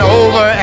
over